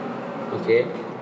okay